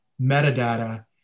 metadata